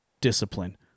discipline